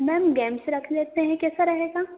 ma'am games रख लेते हैं कैसा रहेगा